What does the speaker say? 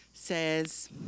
Says